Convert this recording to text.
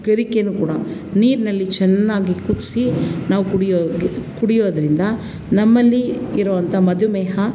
ಗರಿಕೆಯೂ ಕೂಡ ನೀರಿನಲ್ಲಿ ಚೆನ್ನಾಗಿ ಕುದಿಸಿ ನಾವು ಕುಡಿಯೋಕೆ ಕುಡಿಯೋದರಿಂದ ನಮ್ಮಲ್ಲಿ ಇರುವಂಥ ಮಧುಮೇಹ